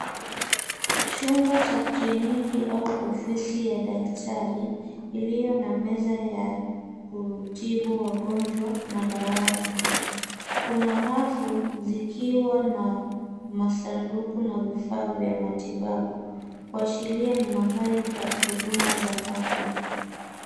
Chombo cha kliniki au ofisi ya daktari iliyo na meza ya kutibu wagonjwa na dawati, kuna rafu zikiwa na masanduku na vifaa vya matibabu kuashiria ni mahali pa huduma za afya.